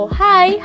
hi